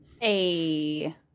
hey